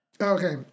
Okay